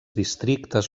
districtes